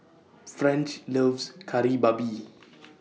French loves Kari Babi